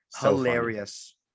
Hilarious